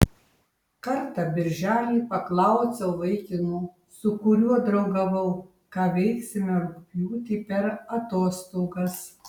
kartą birželį paklausiau vaikino su kuriuo draugavau ką veiksime rugpjūtį per atostogas